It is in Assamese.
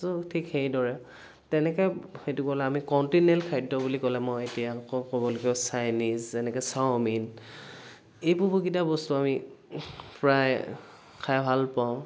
চ' ঠিক সেইদৰে তেনেকে সেইটো গ'ল আমি কন্টিনেল খাদ্য বুলি ক'লে মই এতিয়া আকৌ ক'ব লাগিব চাইনিজ যেনেকে চাউমিন এইবোৰ কেইটা বস্তু আমি প্ৰায় খাই ভাল পাওঁ